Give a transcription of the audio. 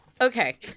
okay